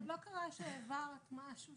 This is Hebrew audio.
עוד לא קרה שהעברת משהו